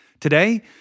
Today